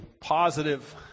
positive